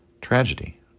tragedy